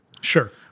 Sure